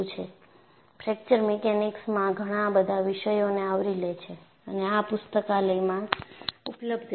તે ફ્રેક્ચર મિકેનિક્સમાં ઘણા બધા વિષયોને આવરી લે છે અને આ પુસ્તકાલયમાં ઉપલબ્ધ છે